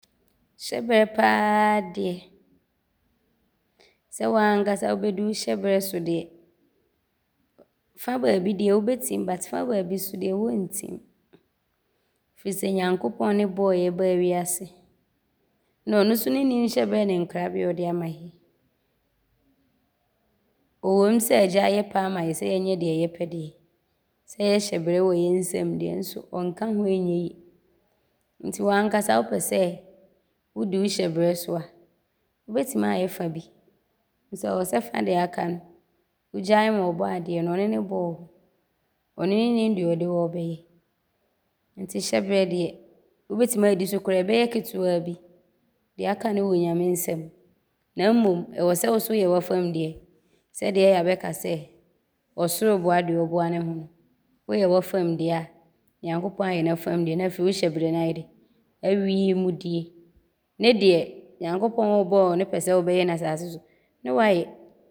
Hyɛbrɛ pa ara deɛ, sɛ wo anksasa wobɛdi wo hyɛbrɛ so deɛ, fa baabi deɛ wobɛtim nanso fa baabi so deɛ, wɔntim firi sɛ Nyankopɔn ne bɔɔ yɛ baa wiase ne Ɔno so ne nim hyɛbrɛ ne nkrabea a Ɔde ama yɛ. Ɔwom sɛ aagyaa yɛ pɛ de ama yɛ sɛ yɛnyɛ deɛ yɛpɛ deɛ, sɛ yɛ hyɛbrɛ wɔ yɛ nsam so Ɔnka ho a ɔnyɛ yie nti wo ankasa wopɛ sɛ wodi wo hyɛbrɛ so a, wobɛtim aayɛ fa bi nso ɔwɔ sɛ fa deɛ aka no, wogyaa ma Ɔbɔadeɛ no. Ɔno ne bɔɔ wo. Ɔno ne nim deɛ Ɔde wo ɔɔbɛyɛ nti hyɛbrɛ deɛ, wobɛtim aadi so koraa a ɔbɛyɛ ketewaa bi. Deɛ aka no wɔ Nyame nsam na mmom ɔwɔ sɛ wo so woyɛ w’afam deɛ. Sɛdeɛ ɔyɛ a bɛka sɛ, ɔsoro boa deɛ ɔboa ne ho no, woyɛ w’afam deɛ a, Nyankopɔn ayɛ n’afam deɛ ne afei wo hyɛbrɛ no ayɛ dɛ, awie mu die ne deɛ Nyankopɔn a ɔbɔɔ wo no pɛ sɛ wobɛyɛ ne asase so no, ne woayɛ.